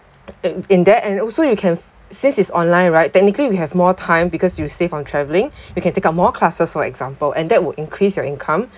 e~ in there and also you can since it's online right technically we have more time because you save on travelling we can take up more classes for example and that would increase your income